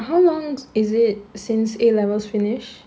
how long is it since A levels finish